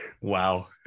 wow